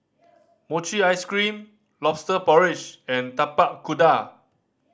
mochi ice cream Lobster Porridge and Tapak Kuda